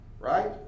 Right